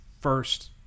first